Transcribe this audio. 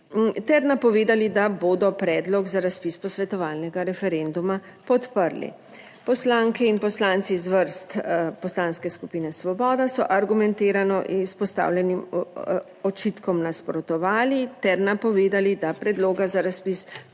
ter napovedali, da bodo predlog za razpis posvetovalnega referenduma podprli. Poslanke in poslanci iz vrst poslanske skupine Svoboda so argumentirano izpostavljenim očitkom nasprotovali ter napovedali, da predloga za razpis posvetovalnega